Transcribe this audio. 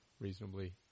reasonably